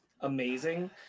amazing